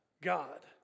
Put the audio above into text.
God